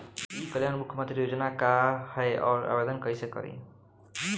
ई कल्याण मुख्यमंत्री योजना का है और आवेदन कईसे करी?